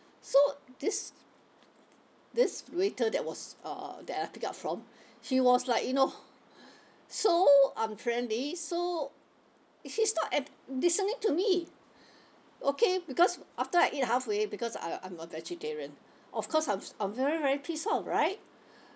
so this this waiter that was uh that I picked up from he was like you know so unfriendly so he's not ac~ listening to me okay because after I eat halfway because I I'm a vegetarian of course I'm I'm very very pissed off right